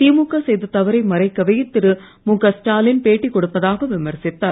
திமுக செய்த தவறை மறைக்கவே திருமுகஸ்டாலின் பேட்டி கொடுப்பதாக விமர்சித்தார்